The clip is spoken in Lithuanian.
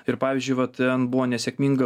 ir pavyzdžiui va ten buvo nesėkminga